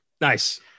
Nice